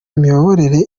imiyoborere